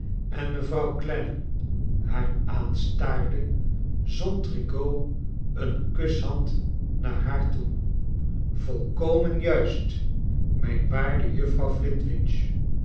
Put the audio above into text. en mevrouw clennam haar aanstaarde zond rigaud een kushand naar haar toe volkomen juist mijn waarde juffrouw